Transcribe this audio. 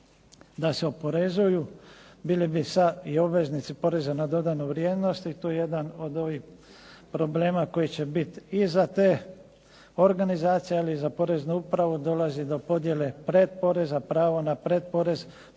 da se oporezuju bili bi sa i obveznici poreza na dodanu vrijednost. I tu je onaj od ovih problema koji će biti i za te organizacije ali i za poreznu upravu, dolazi do podjele pretporeza, pravo na pretporez,